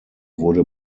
wurde